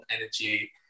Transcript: energy